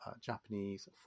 Japanese